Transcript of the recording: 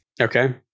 Okay